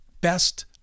best